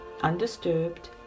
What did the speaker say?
undisturbed